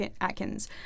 Atkins